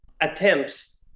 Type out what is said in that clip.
attempts